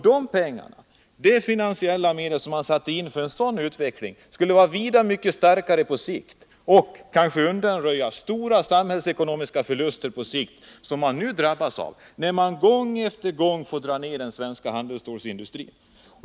De finansiella medel som sattes in för att åstadkomma en sådan utveckling skulle dock ha vida starkare verkan på sikt och kanske undanröja de stora samhällsekonomiska förluster på sikt som vi nu drabbas av, när vi gång på gång måste dra ner den svenska handelsstålsindustrin.